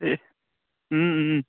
এই